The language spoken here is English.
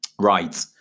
Right